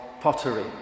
pottery